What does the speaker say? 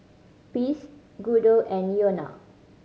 Ples Guido and Iona